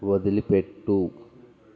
వదిలిపెట్టు